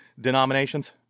denominations